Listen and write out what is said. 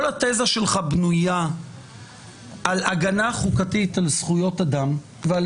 כל התזה שלך בנויה על הגנה חוקתית על זכויות אדם ועל